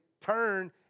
turn